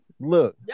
Look